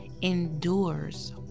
endures